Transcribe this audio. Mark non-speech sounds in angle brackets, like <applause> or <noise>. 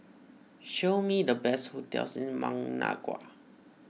show me the best hotels in Managua <noise>